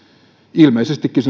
ilmeisestikin